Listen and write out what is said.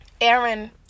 Aaron